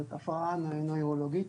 הפרעה נוירולוגית